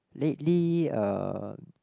lately uh